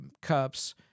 cups